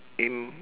in